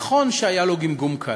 נכון שהיה לו גמגום קל,